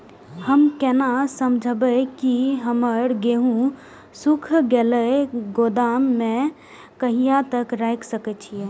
हम केना समझबे की हमर गेहूं सुख गले गोदाम में कहिया तक रख सके छिये?